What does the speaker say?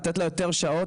לתת לה יותר שעות,